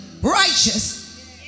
righteous